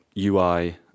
UI